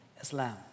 Islam